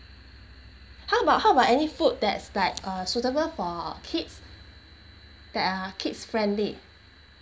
how about how about any food that's like uh suitable for kids that are kids friendly